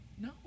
No